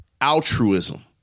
altruism